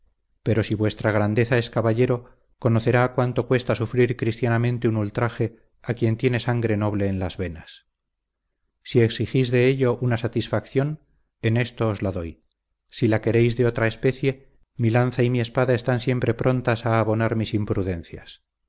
pero si vuestra grandeza es caballero conocerá cuánto cuesta sufrir cristianamente un ultraje a quien tiene sangre noble en las venas si exigís de ello una satisfacción en esto os la doy sí la queréis de otra especie mi lanza y mi espada están siempre prontas a abonar mis imprudencias